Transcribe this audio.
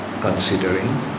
considering